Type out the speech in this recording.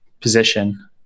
position